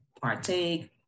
partake